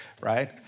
right